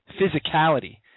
physicality